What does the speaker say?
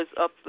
up